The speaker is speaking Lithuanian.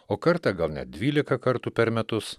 o kartą gal net dvylika kartų per metus